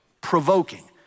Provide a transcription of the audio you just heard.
provoking